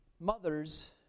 Mothers